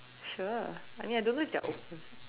sure I mean I don't know if they are open